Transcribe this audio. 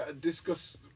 discuss